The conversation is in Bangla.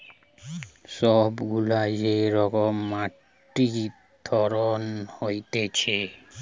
সব গুলা যে রকমের মাটির ধরন হতিছে